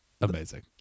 amazing